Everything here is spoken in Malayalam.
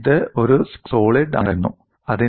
ഇത് ഒരു സ്ഫടിക സോളിഡ് ആണെന്ന് നിങ്ങൾ പറയുന്നു